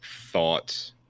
thought